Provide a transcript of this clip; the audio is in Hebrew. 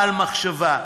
בעל מחשבה.